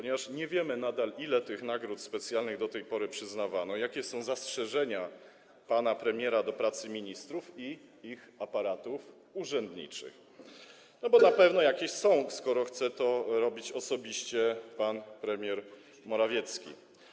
Nie wiemy nadal, ile tych nagród specjalnych do tej pory przyznawano, jakie są zastrzeżenia pana premiera do pracy ministrów i ich aparatów urzędniczych, ale na pewno jakieś są, skoro chce to robić osobiście pan premier Morawiecki.